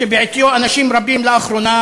שבעטיו אנשים רבים לאחרונה